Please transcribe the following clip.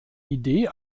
idee